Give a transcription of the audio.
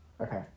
Okay